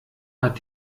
hat